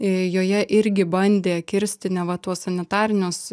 joje irgi bandė kirsti neva tuos sanitarinius